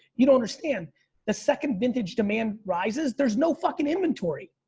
you don't understand the second vintage demand rises. there's no fucking inventory.